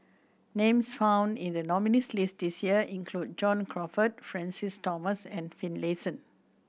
names found in the nominees' list this year include John Crawfurd Francis Thomas and Finlayson